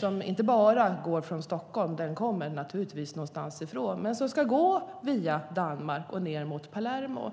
Den går inte bara från Stockholm, den kommer naturligtvis någonstans ifrån och ska gå via Danmark ned mot Palermo.